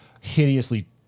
hideously